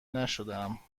نشدم